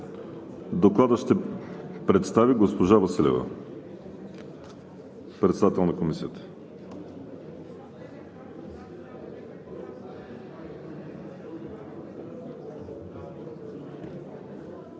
Доклада ще представи госпожа Василева – председател на Комисията.